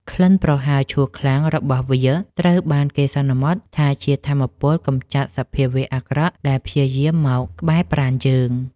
ក្លិនប្រហើរឆួលខ្លាំងរបស់វាត្រូវបានគេសន្មតថាជាថាមពលកម្ចាត់សភាវៈអាក្រក់ដែលព្យាយាមមកក្បែរប្រាណយើង។